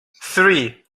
three